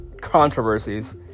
controversies